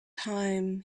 time